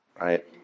right